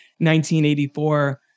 1984